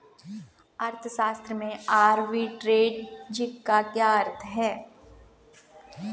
अर्थशास्त्र में आर्बिट्रेज का क्या अर्थ है?